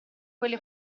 quelle